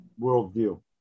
worldview